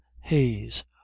haze